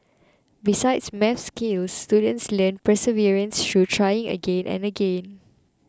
besides maths skills students learn perseverance through trying again and again